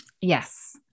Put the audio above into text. Yes